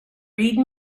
read